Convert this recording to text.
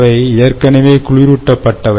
அவை ஏற்கனவே குளிரூட்டப்பட்டவை